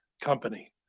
company